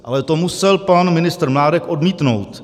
Ale to musel pan ministr Mládek odmítnout.